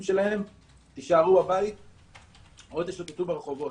שלהם תישארו בבית או תשוטטו ברחובות.